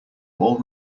all